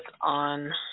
on